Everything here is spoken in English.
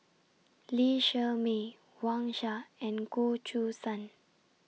Lee Shermay Wang Sha and Goh Choo San